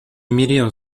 mereu